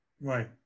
Right